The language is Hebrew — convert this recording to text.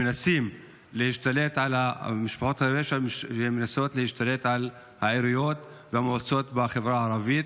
את משפחות הפשע שמנסות להשתלט על העיריות והמועצות בחברה הערבית.